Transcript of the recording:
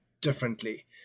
differently